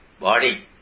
body